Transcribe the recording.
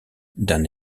d’un